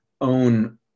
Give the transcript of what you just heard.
own